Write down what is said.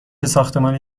ساختمانی